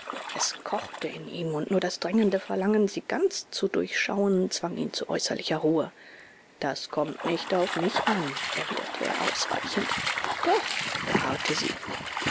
es kochte in ihm und nur das drängende verlangen sie ganz zu durchschauen zwang ihn zu äußerlicher ruhe das kommt nicht auf mich an erwiderte er ausweichend doch beharrte sie